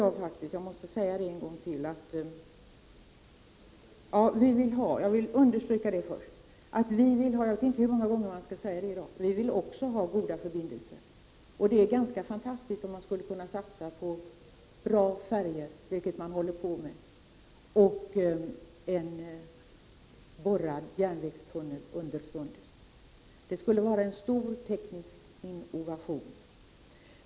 Jag vet inte hur många gånger jag skall säga detta i dag, men jag vill understryka att också vi vill ha goda förbindelser. Det skulle vara fantastiskt om man skulle kunna satsa på bra färjor, vilket sker, och även en borrad järnvägstunnel under sundet. Det skulle vara en stor teknisk innovation.